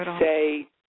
say